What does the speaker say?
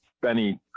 Benny